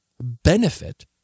benefit